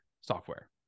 software